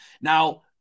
Now